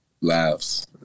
Laughs